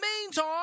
meantime